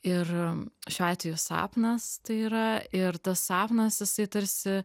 ir šiuo atveju sapnas tai yra ir tas sapnas jisai tarsi